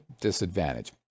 disadvantage